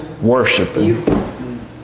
worshiping